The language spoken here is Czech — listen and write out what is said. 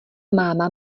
máma